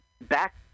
back